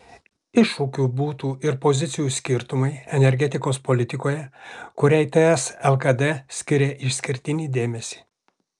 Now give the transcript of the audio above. iššūkiu būtų ir pozicijų skirtumai energetikos politikoje kuriai ts lkd skiria išskirtinį dėmesį